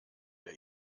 der